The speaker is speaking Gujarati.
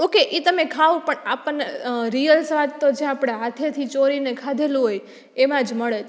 ઓકે ઈ તમે ખાઓ પણ આપણને રિયલ સ્વાદ તો જે આપણે હાથેથી ચોળીને ખાધેલું હોય એમાંજ મળે છે